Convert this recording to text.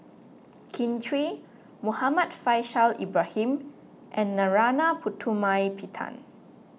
Kin Chui Muhammad Faishal Ibrahim and Narana Putumaippittan